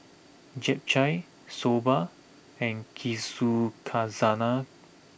Japchae Soba and Yakizakana